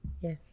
Yes